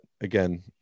again